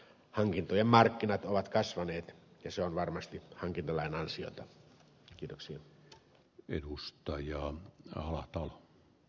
hankintojen markkinat ovat kasvaneet ja se on varmasti hankintalain ansiota kiduksia edustajia jahtaa a